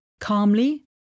calmly